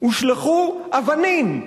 הושלכו אבנים,